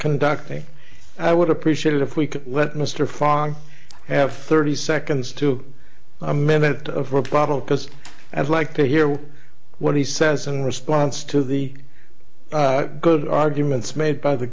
conducting i would appreciate it if we could let mr frank have thirty seconds to a minute of the bottle because i'd like to hear what he says in response to the good arguments made by the